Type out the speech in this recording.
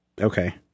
Okay